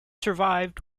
survived